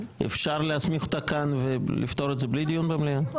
אפשר להסמיך אותה כאן ולפתור את זה בלי דיון במליאה?